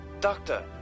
Doctor